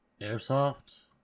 Airsoft